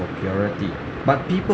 for purity but people